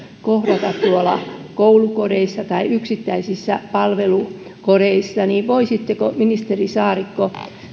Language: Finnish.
kohdata tuolla koulukodeissa tai yksittäisissä palvelukodeissa voisitteko ministeri saarikko